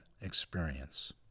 experience